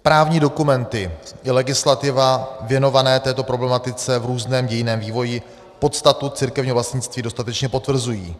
Právní dokumenty i legislativa věnované této problematice v různém dějinném vývoji podstatu církevního vlastnictví dostatečně potvrzují.